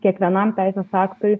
kiekvienam teisės aktui